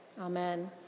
Amen